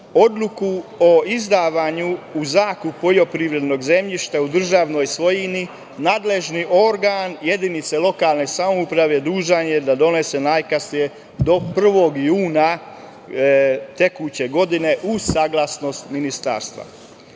o izdavanju u zakup poljoprivrednog zemljišta u državnoj svojini nadležni organ jedinice lokalne samouprave dužan je da donese najkasnije do 1. juna tekuće godine, uz saglasnost ministarstva.U